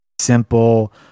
simple